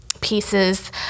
pieces